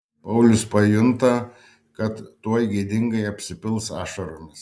paulius pajunta kad tuoj gėdingai apsipils ašaromis